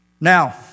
Now